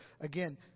again